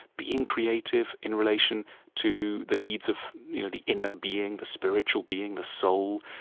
being creative in relation to the needs of the inner being, the spiritual being, the soul.